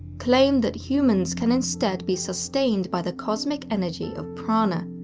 claim that humans can instead be sustained by the cosmic energy of prana,